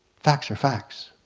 facts are facts.